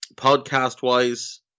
Podcast-wise